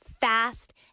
fast